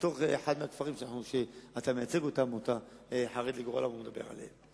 בתוך אחד מהכפרים שאתה מייצג אותם או חרד לגורלם או מדבר עליהם.